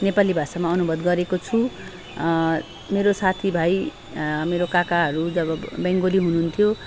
नेपाली भाषामा अनुवाद गरेको छु मेरो साथीभाइ मेरो काकाहरू जब बङ्गाली हुनुहुन्थ्यो